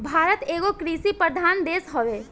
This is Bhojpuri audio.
भारत एगो कृषि प्रधान देश हवे